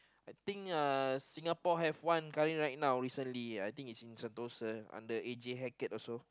I think uh Singapore have one currently right now recently I think is in Sentosa under A_J-Hackett also